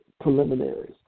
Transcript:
preliminaries